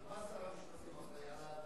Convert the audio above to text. על מה שר המשפטים אחראי,